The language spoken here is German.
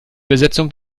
übersetzung